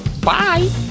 bye